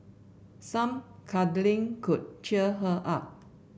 some cuddling could cheer her up